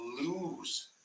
lose